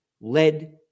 led